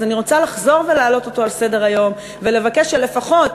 אז אני רוצה לחזור ולהעלות אותו על סדר-היום ולבקש שלפחות,